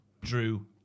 Drew